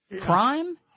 crime